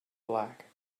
black